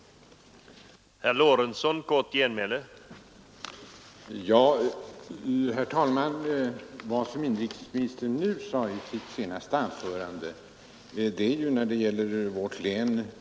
Om arbetsmark